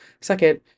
Second